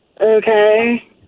okay